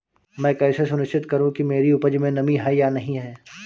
मैं कैसे सुनिश्चित करूँ कि मेरी उपज में नमी है या नहीं है?